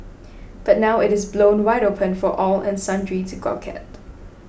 but now it is blown wide open for all and sundry to gawk at